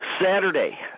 Saturday